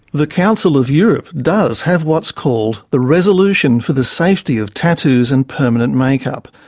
the council of europe does have what's called the resolution for the safety of tattoos and permanent make-up,